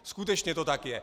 Skutečně to tak je.